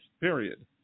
period